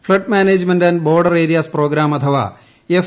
ഫ്ളെഡ് management and border areas programme അഥവാ F